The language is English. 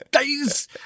days